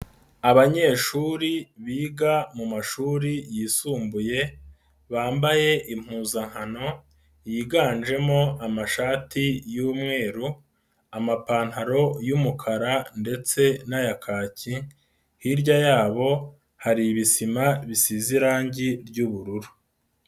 Abanyeshuri biga mu mashuri yisumbuye, bambaye impuzankano, yiganjemo amashati y'mweru, amapantaro y'umukara ndetse n'aya kaki, hirya yabo hari ibisima bisize irangi ry'ubururu.